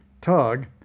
Tug